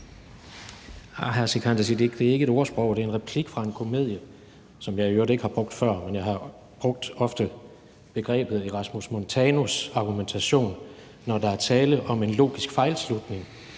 det er ikke et ordsprog, det er en replik fra en komedie – som jeg i øvrigt ikke har brugt før. Men jeg har ofte brugt begrebet Erasmus Montanus-argumentation, når der er tale om en logisk fejlslutning,